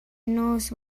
nos